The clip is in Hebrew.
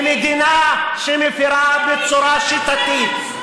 ומדינה שמפירה בצורה שיטתית,